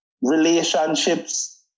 relationships